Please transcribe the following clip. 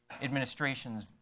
administration's